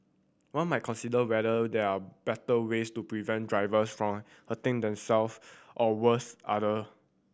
one might consider whether there are better ways to prevent drivers from hurting themselves or worse other